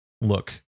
look